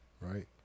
right